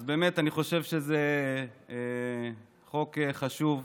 אז באמת, אני חושב שזה חוק חשוב,